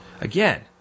Again